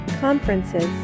conferences